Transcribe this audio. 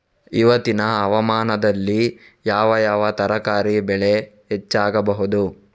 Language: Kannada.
ಇವತ್ತಿನ ಹವಾಮಾನದಲ್ಲಿ ಯಾವ ಯಾವ ತರಕಾರಿ ಬೆಳೆ ಹೆಚ್ಚಾಗಬಹುದು?